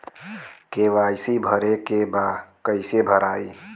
KYC भरे के बा कइसे भराई?